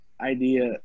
idea